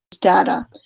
data